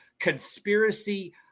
conspiracy